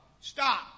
Stop